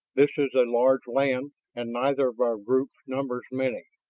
this is a large land and neither of our groups numbers many.